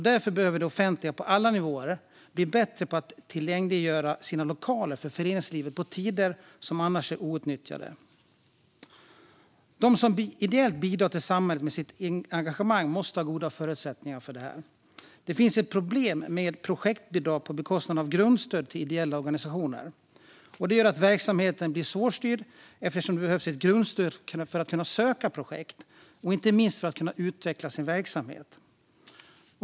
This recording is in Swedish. Därför behöver det offentliga på alla nivåer bli bättre på att tillgängliggöra sina lokaler för föreningslivet på tider som annars är outnyttjade. De som ideellt bidrar till samhället med sitt engagemang måste ha goda förutsättningar för det. Det finns ett problem med projektbidrag på bekostnad av grundstöd till ideella organisationer. De gör att verksamheten blir svårstyrd, eftersom det behövs ett grundstöd för att kunna söka projekt och inte minst för att kunna utveckla sin verksamhet.